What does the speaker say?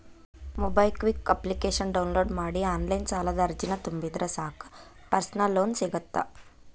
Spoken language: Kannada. ಮೊಬೈಕ್ವಿಕ್ ಅಪ್ಲಿಕೇಶನ ಡೌನ್ಲೋಡ್ ಮಾಡಿ ಆನ್ಲೈನ್ ಸಾಲದ ಅರ್ಜಿನ ತುಂಬಿದ್ರ ಸಾಕ್ ಪರ್ಸನಲ್ ಲೋನ್ ಸಿಗತ್ತ